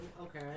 Okay